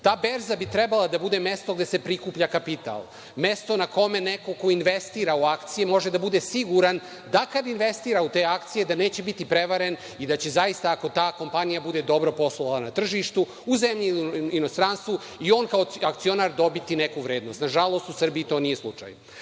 Ta berza bi trebala da bude mesto gde se prikuplja kapital. Mesto na kome neko ko investira u akcije može da bude siguran da kad investira u te akcije, da neće biti prevaren i da će zaista, ako ta kompanija bude dobro poslovala na tržištu, u zemlji ili inostranstvu, i on kao akcionar dobiti neku vrednost. Nažalost, u Srbiji to nije